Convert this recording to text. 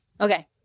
Okay